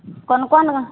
कोन कोन